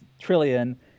trillion